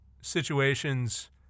situations